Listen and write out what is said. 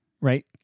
Right